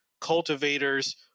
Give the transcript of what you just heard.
cultivators